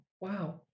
wow